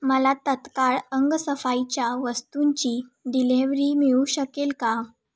मला तत्काळ अंगसफाईच्या वस्तूंची डिलेव्हरी मिळू शकेल का